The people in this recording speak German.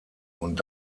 und